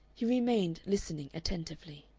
he remained listening attentively.